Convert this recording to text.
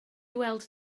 weld